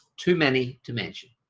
too many to mention.